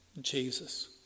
Jesus